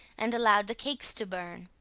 and allowed the cakes to burn.